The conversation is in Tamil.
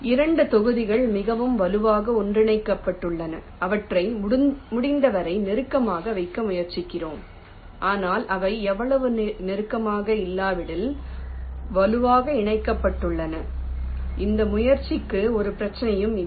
இரண்டு தொகுதிகள் மிகவும் வலுவாக ஒன்றிணைக்கப்பட்டுள்ளன அவற்றை முடிந்தவரை நெருக்கமாக வைக்க முயற்சிக்கிறோம் ஆனால் அவை அவ்வளவு நெருக்கமாக இல்லாவிட்டால் வலுவாக இணைக்கப்பட்டுள்ளன அந்த முயற்சிக்கு ஒரு பிரச்சனையும் இல்லை